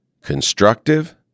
constructive